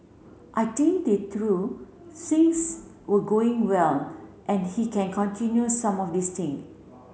I think they through things were going well and he can continue some of these thing